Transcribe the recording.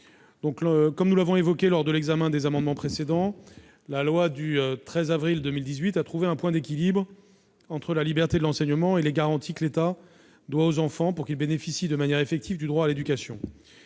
Comme nous l'avons évoqué lors de l'examen des amendements précédents, la loi du 13 avril 2018 a trouvé un point d'équilibre entre la liberté de l'enseignement et les garanties que l'État doit aux enfants pour qu'ils bénéficient de manière effective du droit à l'éducation.